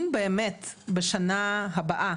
אם באמת בשנה הבאה